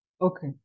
Okay